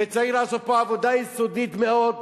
וצריך לעשות פה עבודה יסודית מאוד,